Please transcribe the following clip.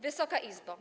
Wysoka Izbo!